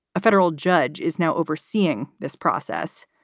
a federal judge is now overseeing this process.